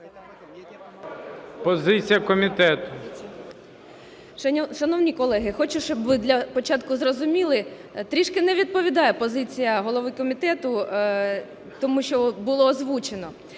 Шановні колеги, хочу, щоб ви для початку зрозуміли, трішки не відповідає позиція голови комітету тому, що було озвучено.